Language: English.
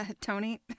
Tony